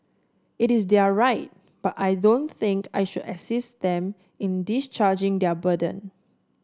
it is their right but I don't think I should assist them in discharging their burden